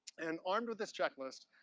and armed with this checklist,